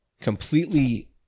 completely